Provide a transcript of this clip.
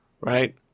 right